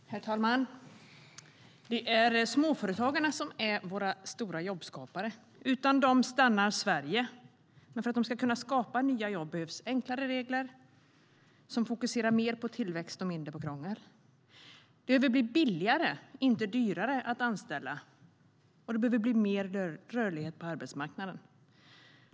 Herr talman! Det är småföretagarna som är våra stora jobbskapare. Utan dem stannar Sverige. Men för att de ska kunna skapa nya jobb behövs enklare regler som fokuserar mer på tillväxt och mindre på krångel. Det behöver bli billigare, inte dyrare, att anställa, och det behöver bli mer rörlighet på arbetsmarknaden.